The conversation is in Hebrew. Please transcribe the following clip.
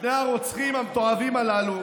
שני הרוצחים המתועבים הללו